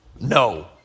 No